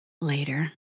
Later